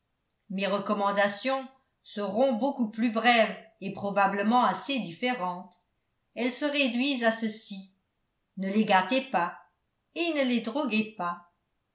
mes recommandations seront beaucoup plus brèves et probablement assez différentes elles se réduisent à ceci ne les gâtez pas et ne les droguez pas